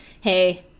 hey